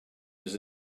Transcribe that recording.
was